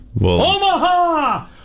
Omaha